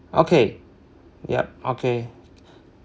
okay yup okay